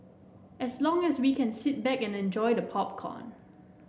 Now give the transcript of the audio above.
as long as we can sit back and enjoy the popcorn